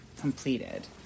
completed